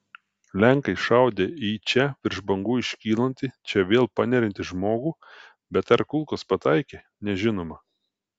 lenkai šaudę į čia virš bangų iškylantį čia vėl paneriantį žmogų bet ar kulkos pataikė nežinoma